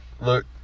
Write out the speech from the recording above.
Look